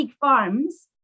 farms